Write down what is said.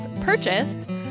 purchased